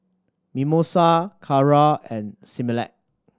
Mimosa Kara and Similac